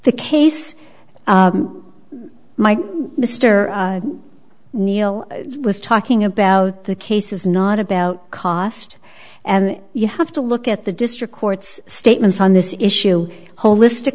the case mister neal was talking about the case is not about cost and you have to look at the district court's statements on this issue holistic